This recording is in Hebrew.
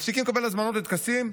מפסיקים לקבל הזמנות לטקסים,